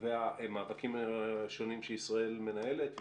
והמאבקים השונים שישראל מנהלת,